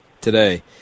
today